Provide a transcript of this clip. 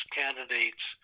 candidates